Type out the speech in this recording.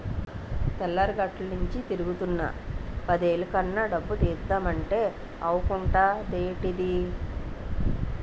తెల్లారగట్టనుండి తిరుగుతున్నా పదేలు కన్నా డబ్బు తీద్దమంటే అవకుంటదేంటిదీ?